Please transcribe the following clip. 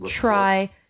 try